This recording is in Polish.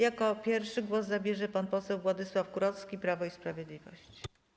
Jako pierwszy głos zabierze pan poseł Władysław Kurowski, Prawo i Sprawiedliwość.